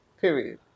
Period